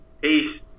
Peace